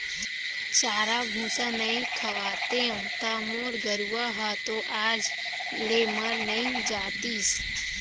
चारा भूसा नइ खवातेंव त मोर गरूवा ह तो आज ले मर नइ जातिस